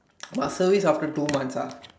must service after two months ah